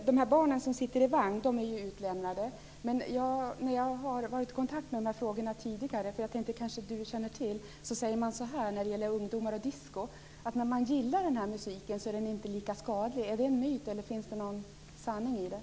Herr talman! Barnen som sitter i vagn är naturligtvis utlämnade. Jag har varit i kontakt med de här frågorna tidigare. Kia Andreasson kanske inte känner till vad som sägs om ungdomar och disco, nämligen att när man gillar den här musiken är den inte lika skadlig. Är det en myt, eller finns det någon sanning i det?